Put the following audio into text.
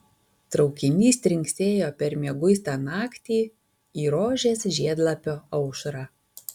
traukinys trinksėjo per mieguistą naktį į rožės žiedlapio aušrą